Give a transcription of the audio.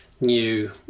new